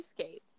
skates